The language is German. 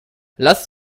lass